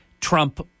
Trump